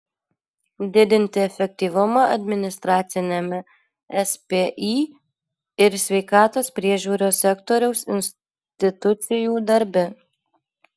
didinti efektyvumą administraciniame spį ir sveikatos priežiūros sektoriaus institucijų darbe